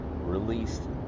released